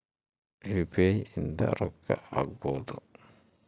UPI ಇಂದ ರೊಕ್ಕ ಹಕ್ಬೋದು